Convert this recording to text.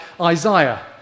Isaiah